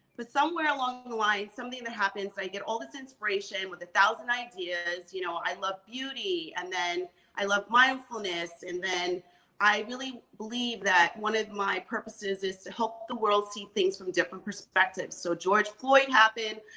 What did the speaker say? but somewhere along the line, something that happens, i get all this inspiration with one thousand ideas. you know i love beauty, and then i love mindfulness, and then i really believe that one of my purposes is, is to help the world see things from different perspectives. so george floyd happened.